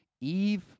Eve